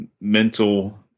mental